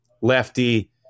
lefty